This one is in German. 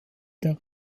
der